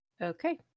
Okay